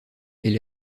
est